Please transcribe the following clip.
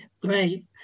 great